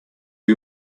you